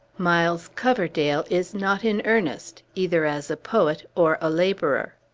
miles coverdale is not in earnest, either as a poet or a laborer.